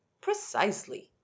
Precisely